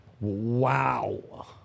Wow